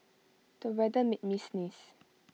the weather made me sneeze